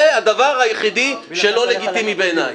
זה הדבר היחידי שלא לגיטימי בעיניי.